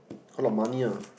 a lot money ah